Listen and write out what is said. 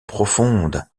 profondes